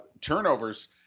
turnovers